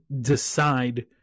decide